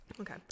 Okay